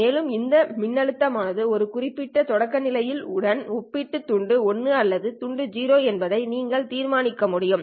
மேலும் இந்த மின்னழுத்தம் ஆனது ஒரு குறிப்பிட்ட தொடக்கநிலை உடன் ஒப்பிட்டு துண்டு 1 அல்லது துண்டு 0 என்பதை நீங்கள் தீர்மானிக்க முடியும்